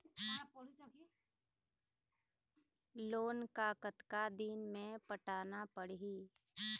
Loan ला कतका दिन मे पटाना पड़ही?